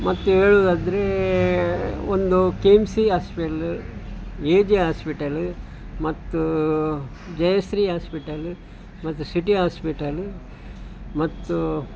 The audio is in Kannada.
ಮತ್ತು ಹೇಳುದಾದ್ರೆ ಒಂದು K M C hospital A J hospital ಮತ್ತು ಜಯಶ್ರೀ ಆಸ್ಪಿಟಲ್ ಮತ್ತೆ ಶಿಟಿ ಆಸ್ಪಿಟಲ್ ಮತ್ತು